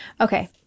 Okay